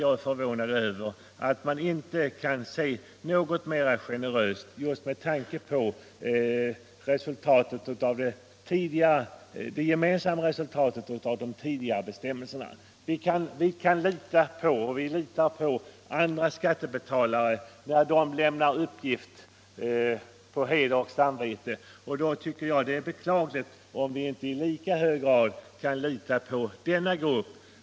Jag är därför besviken — ning över att man inte kan vara något mer generös på den första punkten, just med tanke på resultatet av de tidigare bestämmelserna. Vi litar på andra skattebetalare när de lämnar uppgifter på heder och samvete. Jag tycker det är beklagligt om man inte i lika hög grad tycks lita på denna grupp.